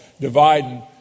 dividing